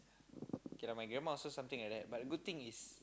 k lah my grandma also something like that but the good thing is